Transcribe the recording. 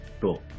Cool